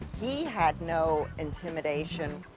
he had no intimidation.